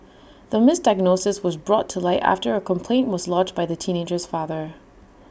the misdiagnosis was brought to light after A complaint was lodged by the teenager's father